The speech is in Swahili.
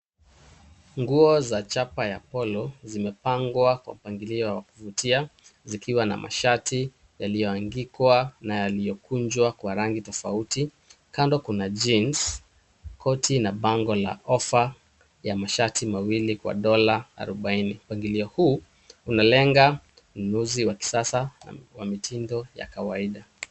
Nguo za chapa ya Polo zimepangwa kwa mpangilio wa kuvutia zikiwa na mashati yaliyoangikwa na yaliyokunjwa kwa rangi tofauti. Kando kuna jeans , koti na bango la offer ya mashati mawili kwa dola arobaini. Mpangilio huu unalenga mnunuzi wa kisasa wa mitindo ya kawaida.